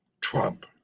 Trump